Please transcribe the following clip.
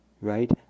right